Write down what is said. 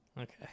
Okay